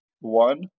One